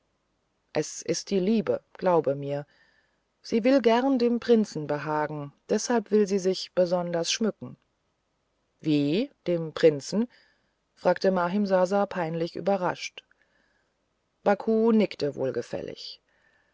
es ist die liebe glaube mir sie will gern dem prinzen behagen deshalb will sie sich besonders schmücken wie dem prinzen fragte mahimsasa peinlich überrascht baku nickte wohlgefällig